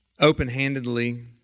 open-handedly